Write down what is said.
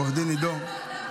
עו"ד עידו.